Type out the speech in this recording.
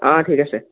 অঁ ঠিক আছে